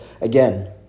Again